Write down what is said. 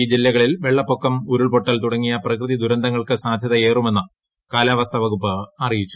ഈ ജില്ലകളിൽ വെള്ളപ്പൊക്കം ഉരുൾപൊട്ടൽ തുടങ്ങിയ പ്രകൃതി ദുരന്തങ്ങൾക്ക് സാധ്യതയേറുമെന്ന് കാലാവസ്ഥാവകുപ്പ്അറിയിച്ചു